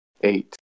eight